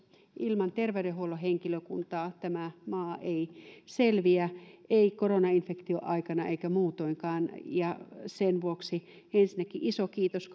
ilman terveydenhuollon henkilökuntaa tämä maa ei selviä ei koronainfektion aikana eikä muutoinkaan sen vuoksi ensinnäkin iso kiitos